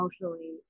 emotionally